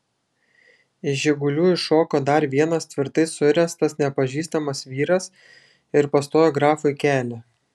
iš žigulių iššoko dar vienas tvirtai suręstas nepažįstamas vyras ir pastojo grafui kelią